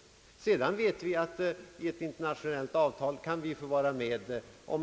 Naturligtvis vet vi, att man i ett internationellt avtal kan få vara med